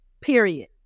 period